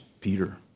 Peter